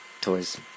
toys